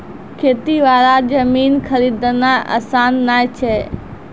खेती वाला जमीन खरीदना आसान नय छै